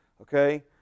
okay